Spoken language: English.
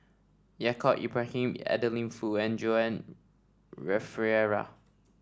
Yaacob Ibrahim Adeline Foo and Joan